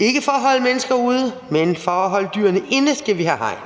Ikke for at holde mennesker ude, men for at holde dyrene inde skal vi have hegn.